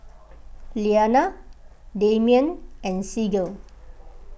Iliana Demian and Sigurd